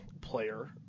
player